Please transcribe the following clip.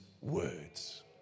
words